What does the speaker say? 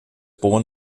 born